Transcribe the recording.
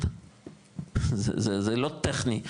זה לא טכני,